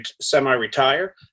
semi-retire